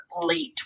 late